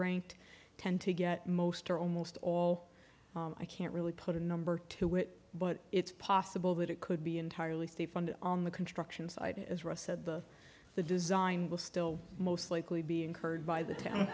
ranked tend to get most or almost all i can't really put a number to it but it's possible that it could be entirely state funded on the construction site as ross said the the design will still most likely be incurred by the t